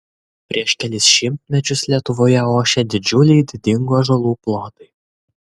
prieš kelis šimtmečius lietuvoje ošė didžiuliai didingų ąžuolų plotai